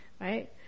right